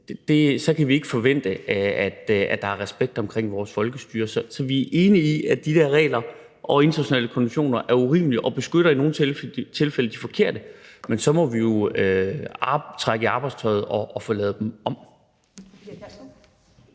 Så kan vi ikke forvente, at der er respekt omkring vores folkestyre. Så vi er enige i, at de der regler og internationale konventioner er urimelige og i nogle tilfælde beskytter de forkerte, men så må vi jo trække i arbejdstøjet og få lavet dem om.